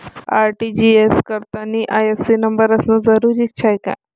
RTGS करतांनी IFSC न number असनं जरुरीच हाय का?